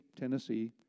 Tennessee